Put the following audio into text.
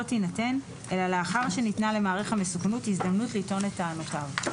תינתן אלא לאחר שניתנה למעריך המסוכנות הזדמנות לטעון את טענותיו.